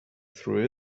through